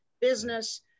business